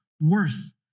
worth